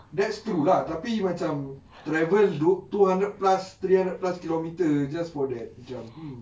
that's true lah tapi macam travel untuk two hundred plus three hundred plus kilometre just for that macam mm